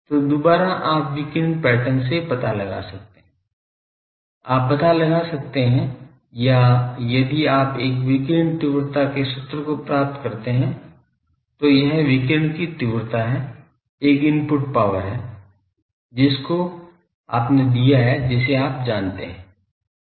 तो दुबारा आप विकिरण पैटर्न से पता लगा सकते हैं आप पता लगा सकते हैं या यदि आप एक विकिरण तीव्रता के सूत्र को प्राप्त करते हैं तो यह विकिरण की तीव्रता है यह इनपुट पावर है जिसको आपने दिया है जिसे आप जानते है